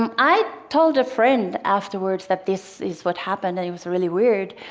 um i told a friend afterwards that this is what happened and it was really weird.